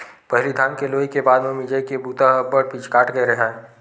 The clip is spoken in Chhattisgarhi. पहिली धान के लुवई के बाद म मिंजई के बूता ह अब्बड़ पिचकाट के राहय